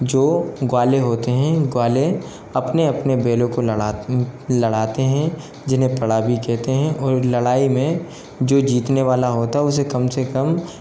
जो ग्वाले होते हैं ग्वाले अपने अपने बैलों को लड़ाते हैं जिन्हें पड़ा भी कहते हैं और लड़ाई में जो जीतने वाला होता है उसे कम से कम